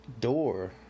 door